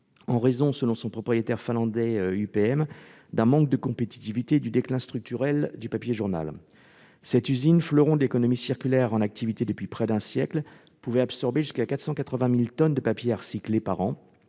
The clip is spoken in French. en raison, selon son propriétaire finlandais UPM, d'un manque de compétitivité et du déclin structurel du papier journal. Cette usine, fleuron de l'économie circulaire en activité depuis près d'un siècle, pouvait absorber jusqu'à 480 000 tonnes de papier à recycler par an,